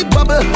Bubble